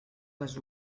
les